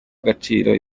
agaciro